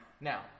Now